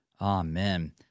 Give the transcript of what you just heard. Amen